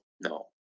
no